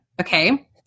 Okay